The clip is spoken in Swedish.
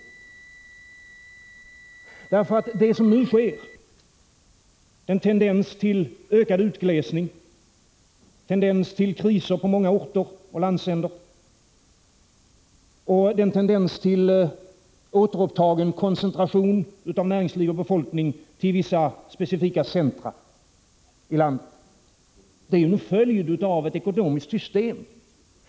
1985/86:103 Det som nu sker, den tendens till ökad utglesning, till kriser på många orter — 1 april 1986 och i många landsändar och den tendens till återupptagen koncentration av näringsliv och befolkning till vissa specifika centrum i landet är en följd av ett ekonomiskt system.